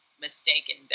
Mistaken